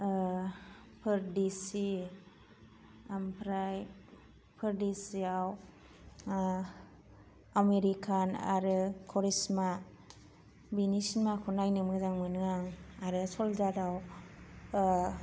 परदेसि आमफ्राय परदेसिआव आमिर खान आरो करिश्मा बिनि सिनमाखौ नायनो मोजां मोनो आं आरो सलजारआव